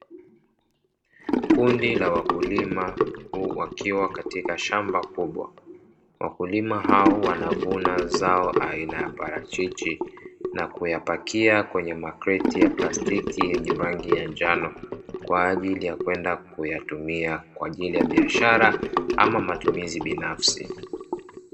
Kundi la wakulima wakiwa katika shamba kubwa, wakulima hao wanavuna zao la parachichi na kuyapakia kwenye makreti ya plastiki yenye rangi ya njano, kwa ajili ya kwenda kuyatumia kwa ajili ya biashara au matumizi binafsi.